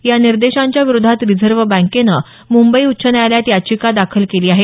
या निर्देशांच्या विरोधात रिझर्व्ह बँकेनं मुंबई उच्च न्यायालयात याचिका दाखल केली आहे